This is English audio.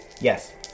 Yes